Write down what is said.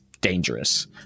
dangerous